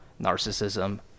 narcissism